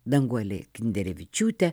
danguolę kinderevičiūtę